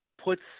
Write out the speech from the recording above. puts